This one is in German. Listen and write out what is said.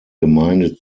gemeinde